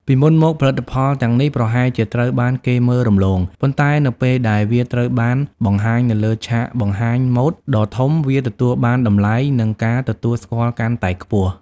ពីមុនមក ផលិតផលទាំងនេះប្រហែលជាត្រូវបានគេមើលរំលង ប៉ុន្តែនៅពេលដែលវាត្រូវបានបង្ហាញនៅលើឆាកបង្ហាញម៉ូដដ៏ធំ វាទទួលបានតម្លៃ និងការទទួលស្គាល់កាន់តែខ្ពស់។